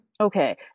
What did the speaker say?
Okay